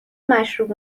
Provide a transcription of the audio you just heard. مشروب